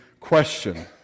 question